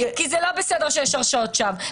כי זה לא בסדר שיש הרשעות שווא.